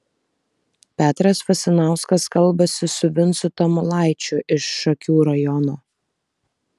petras vasinauskas kalbasi su vincu tamulaičiu iš šakių rajono